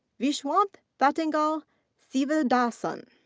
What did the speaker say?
viswanath thottingal sivadasan.